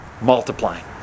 multiplying